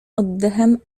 oddechem